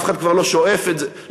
אף אחד כבר לא שואף לזה.